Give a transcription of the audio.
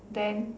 then